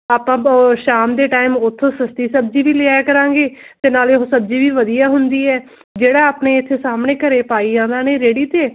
ਆਪਾਂ ਬ ਸ਼ਾਮ ਦੇ ਟਾਈਮ ਉਥੋਂ ਸਸਤੀ ਸਬਜ਼ੀ ਵੀ ਲਿਆ ਕਰਾਂਗੇ ਅਤੇ ਨਾਲੇ ਉਹ ਸਬਜ਼ੀ ਵੀ ਵਧੀਆ ਹੁੰਦੀ ਹੈ ਜਿਹੜਾ ਆਪਣੇ ਇੱਥੇ ਸਾਹਮਣੇ ਘਰ ਭਾਈ ਆਉਂਦਾ ਨੇ ਰੇਹੜੀ 'ਤੇ